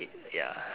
it ya